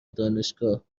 دانشگاه